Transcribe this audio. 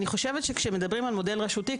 אני חושבת שכאשר מדברים על מודל רשותי,